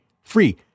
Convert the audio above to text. free